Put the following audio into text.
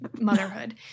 motherhood